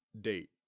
Date